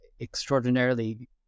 extraordinarily